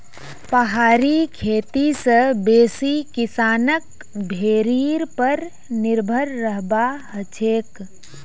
पहाड़ी खेती स बेसी किसानक भेड़ीर पर निर्भर रहबा हछेक